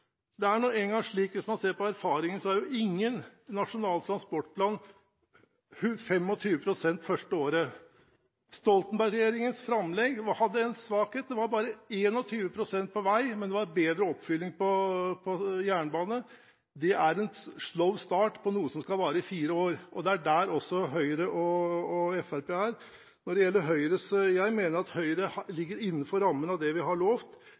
Det er nå engang slik hvis man ser på erfaringene, at ingen Nasjonal transportplan når 25 pst. første året. Stoltenberg-regjeringens framlegg hadde en svakhet: Det var bare 21 pst. på vei. Men det var bedre oppfylling på jernbane. Det er en «slow» start på noe som skal vare i fire år. Det er der også Høyre og Fremskrittspartiet er. Jeg mener at Høyre ligger innenfor rammen av det vi har